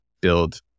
build